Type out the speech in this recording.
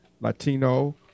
Latino